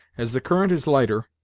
as the current is lighter,